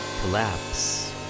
collapse